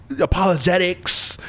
apologetics